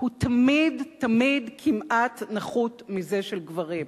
הוא תמיד, תמיד כמעט, נחות מזה של גברים.